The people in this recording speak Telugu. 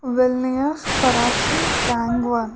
విల్నియస్ కరాచీ క్యాంగ్వర్